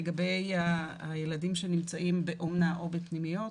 לגבי הילדים שנמצאים באומנה או בפנימיות,